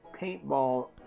paintball